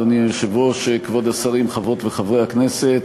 אדוני היושב-ראש, כבוד השרים, חברות וחברי הכנסת,